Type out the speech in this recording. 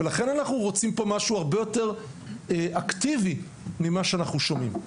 ולכן אנחנו רוצים פה משהו הרבה יותר אקטיבי ממה שאנחנו שומעים.